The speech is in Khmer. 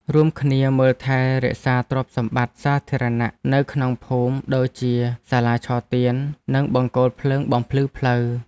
រួមគ្នាមើលថែរក្សាទ្រព្យសម្បត្តិសាធារណៈនៅក្នុងភូមិដូចជាសាលាឆទាននិងបង្គោលភ្លើងបំភ្លឺផ្លូវ។